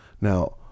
Now